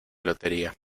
lotería